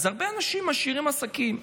הרבה אנשים משאירים עסקים.